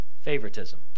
favoritism